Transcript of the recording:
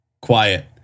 quiet